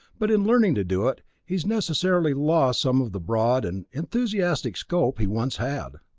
but in learning to do it, he's necessarily lost some of the broad and enthusiastic scope he once had.